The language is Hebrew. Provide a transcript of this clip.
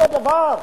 אותו דבר,